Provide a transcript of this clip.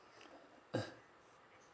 uh